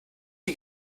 die